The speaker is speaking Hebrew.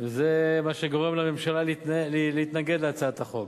זה מה שגורם לממשלה להתנגד להצעת החוק.